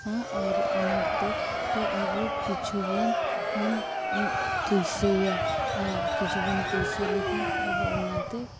ᱟᱨ ᱚᱱᱟᱛᱮ ᱛᱮ ᱟᱵᱚ ᱠᱤᱪᱷᱩᱵᱚᱱ ᱵᱚᱱ ᱯᱩᱭᱥᱟᱹᱭᱟ ᱟᱨ ᱠᱤᱪᱷᱩᱵᱚᱱ ᱯᱩᱭᱥᱟᱹ ᱞᱮᱠᱷᱟᱱ ᱟᱵᱚ ᱚᱱᱟᱛᱮ